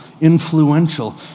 influential